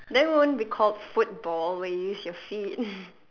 then won't be called football where you use your feet